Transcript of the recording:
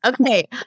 Okay